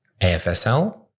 AFSL